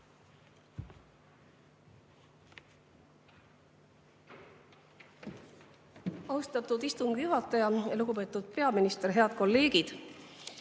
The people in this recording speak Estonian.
Austatud istungi juhataja! Lugupeetud peaminister! Head kolleegid!